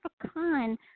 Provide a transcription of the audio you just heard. African